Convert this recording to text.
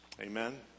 Amen